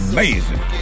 Amazing